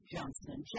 Johnson &